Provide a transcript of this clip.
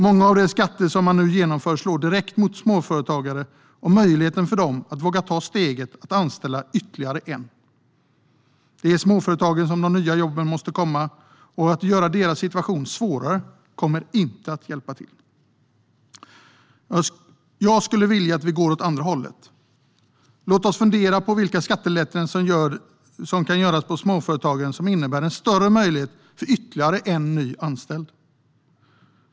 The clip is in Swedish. Många av de skatter som man nu genomför slår direkt mot småföretagare och deras möjlighet att våga ta steget att anställa ytterligare en person. Det är i småföretagen som de nya jobben måste komma, och att göra deras situation svårare kommer inte att hjälpa till. Jag skulle vilja att vi går åt andra hållet. Låt oss fundera på vilka skattelättnader som kan göras för småföretagen och som innebär en större möjlighet för ytterligare en ny anställd.